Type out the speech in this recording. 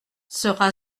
sera